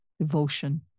devotion